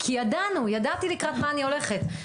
כי ידענו ידעתי לקראת מה אני הולכת.